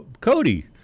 Cody